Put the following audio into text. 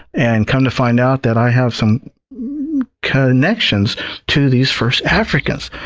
and come to find out that i have some connections to these first africans.